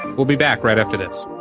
we'll be back, right after this.